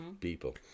people